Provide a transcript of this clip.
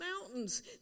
mountains